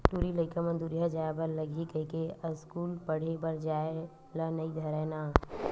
टूरी लइका मन दूरिहा जाय बर लगही कहिके अस्कूल पड़हे बर जाय ल नई धरय ना